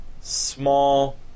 small